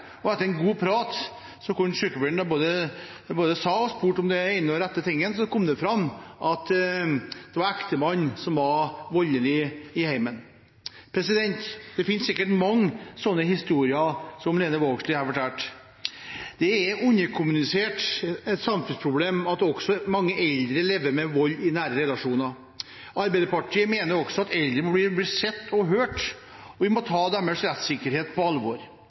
galt. Etter en god prat der sykepleieren både sa og spurte om de rette tingene, kom det fram at det var ektemannen som var voldelig i hjemmet. Det finnes sikkert mange slike historier som den Lene Vågslid fortalte. Det er et underkommunisert samfunnsproblem at også mange eldre lever med vold i nære relasjoner. Arbeiderpartiet mener at også eldre må bli sett og hørt, og vi må ta deres rettssikkerhet på alvor.